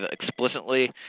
explicitly